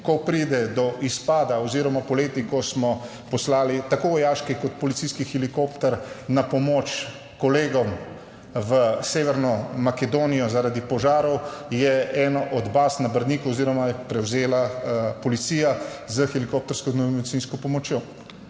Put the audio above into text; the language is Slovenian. ko pride do izpada oziroma poleti, ko smo poslali tako vojaške kot policijski helikopter na pomoč kolegom v Severno Makedonijo, zaradi požarov je eno od baz na Brniku oziroma je prevzela policija s helikoptersko nujno medicinsko pomočjo.